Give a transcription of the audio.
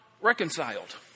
reconciled